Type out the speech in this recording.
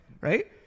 right